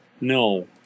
No